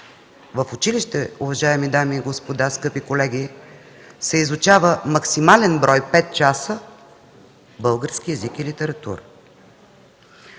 българи, уважаеми дами и господа, скъпи колеги, в училище се изучава максимален брой – 5 часа, български език и литература.